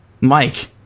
Mike